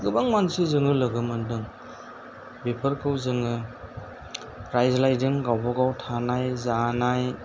गोबां मानसि जोङो लोगो मोन्दों बेफोरखौ जोङो रायज्लायदों गावबागाव थानाय जानाय